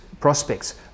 prospects